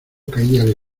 caíale